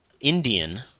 Indian